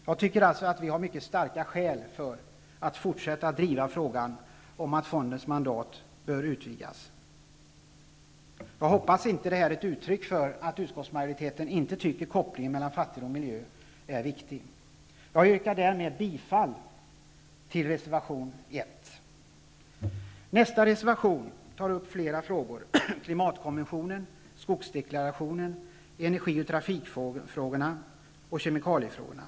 Jag tycker att vi har mycket starka skäl för att fortsätta driva frågan om en utvidgning av fondens mandat. Jag hoppas att utskottets skrivning inte är ett uttryck för att man anser att kopplingen mellan fattigdom och miljö inte är viktig. Jag yrkar därmed bifall till reservation 1. Nästa reservation tar upp flera frågor: klimatkonventionen, skogsdeklarationen, energioch trafikfrågorna och kemikaliefrågorna.